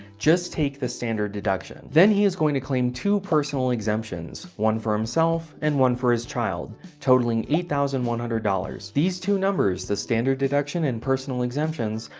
just take the standard deduction. then he is going to claim two personal exemptions, one for him, and one for his child, totaling eight thousand one hundred dollars. these two numbers, the standard deduction and personal exemptions,